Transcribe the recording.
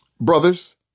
brothers